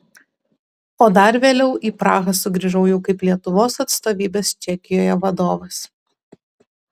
o dar vėliau į prahą sugrįžau jau kaip lietuvos atstovybės čekijoje vadovas